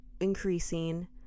increasing